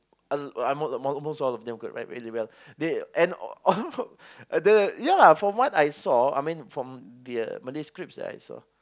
uh I mean almost most of them can write really well they and yeah lah from what I saw I mean from the uh Malay scripts that I saw